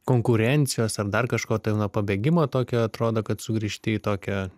konkurencijos ar dar kažko tai nuo pabėgimo tokio atrodo kad sugrįžti į tokią